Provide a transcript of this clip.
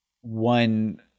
One